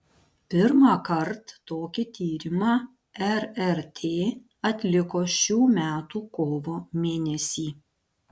pirmąkart tokį tyrimą rrt atliko šių metų kovo mėnesį